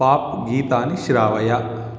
pop गीतानि श्रावय